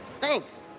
Thanks